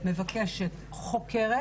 מבקשת חוקרת,